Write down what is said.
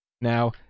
Now